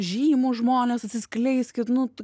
žymūs žmonės atsiskleiskit nu